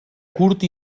curt